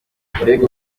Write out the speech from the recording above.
mbega